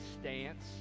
stance